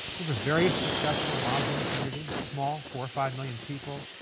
we have a very successful muslim community, small, four or five million people,